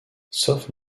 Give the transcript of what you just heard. sauf